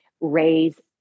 raise